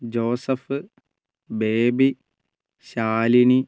Joseph Baby Shalini